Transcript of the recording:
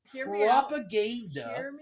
propaganda